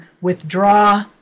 withdraw